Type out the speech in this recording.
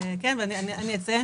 אבל הם לא ענו על השאלה.